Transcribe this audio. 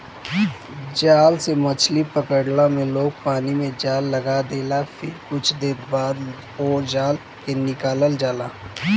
जाल से मछरी पकड़ला में लोग पानी में जाल लगा देला फिर कुछ देर बाद ओ जाल के निकालल जाला